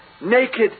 Naked